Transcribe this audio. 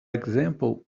example